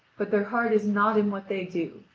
but their heart is not in what they do,